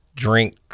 drink